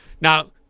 Now